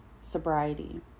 sobriety